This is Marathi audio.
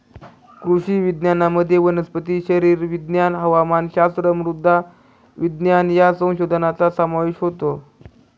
कृषी विज्ञानामध्ये वनस्पती शरीरविज्ञान, हवामानशास्त्र, मृदा विज्ञान या संशोधनाचा समावेश होतो